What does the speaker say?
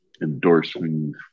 endorsing